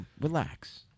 relax